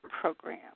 program